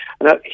Now